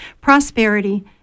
prosperity